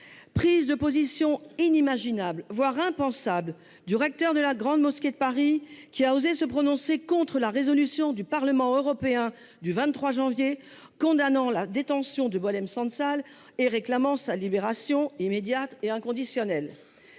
prise de position inimaginable, voire impensable, du recteur de la Grande Mosquée de Paris, qui a osé se prononcer contre la résolution du Parlement européen du 23 janvier condamnant la détention de Boualem Sansal et réclamant sa libération immédiate et inconditionnelle.